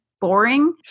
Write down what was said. boring